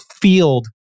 field